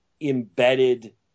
embedded